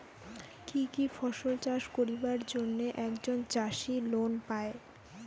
কি কি ফসল চাষ করিবার জন্যে একজন চাষী লোন পায়?